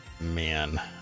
man